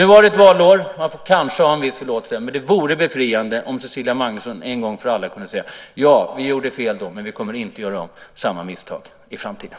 Nu var det ett valår, så man kanske har en viss förståelse för det. Men det vore befriande om Cecilia Magnusson en gång för alla kunde säga: Ja, vi gjorde fel då. Men vi kommer inte att göra om samma misstag i framtiden.